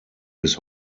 bis